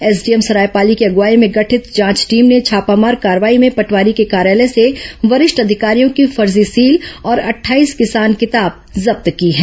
SDM Saraipali की अग्रवाई में गठित जांच टीम ने छापामार कार्रवाई में पटवारी के कार्यालय से वरिष्ठ अधिकारियों की फर्जी सील और अटठाईस किसान किताब जब्त की हैं